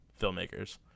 filmmakers